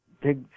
big